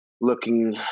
looking